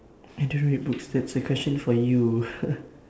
I don't read books that's a question for you